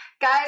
Guys